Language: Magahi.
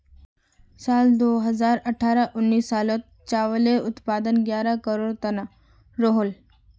साल दो हज़ार अठारह उन्नीस सालोत चावालेर उत्पादन ग्यारह करोड़ तन रोहोल